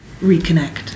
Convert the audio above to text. reconnect